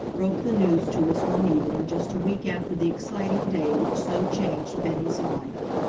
broke the news to us one evening just a week after the exciting day which so changed bennie's life.